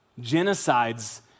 Genocides